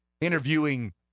interviewing